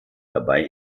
dabei